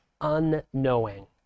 unknowing